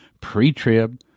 pre-trib